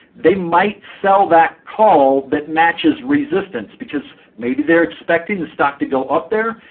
they might sell that call that matches resistance, because maybe they're expecting the stock to go up there,